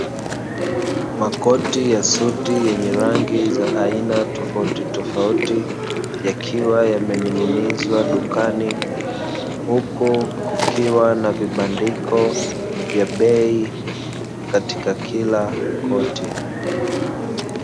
Makoti ya suti yenye rangi za aina tofautitofauti yakiwa yamening'inizwa dukani, huku kukiwa na vibandiko vya bei katika kila koti.